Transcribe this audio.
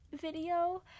video